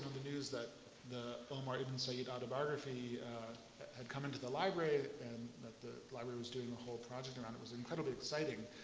the news that the omar ibn so yeah said autobiography had come into the library and that the library was doing a whole project around it was incredibly exciting.